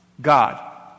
God